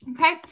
Okay